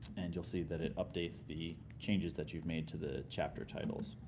and you'll see that it updates the changes that you've made to the chapter titles.